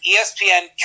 ESPN